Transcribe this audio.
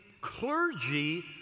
clergy